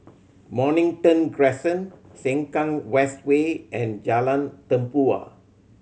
Mornington Crescent Sengkang West Way and Jalan Tempua